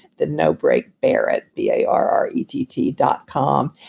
then no break barrett, b a r r e t t dot com.